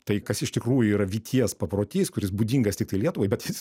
tai kas iš tikrųjų yra vyties paprotys kuris būdingas tiktai lietuvai bet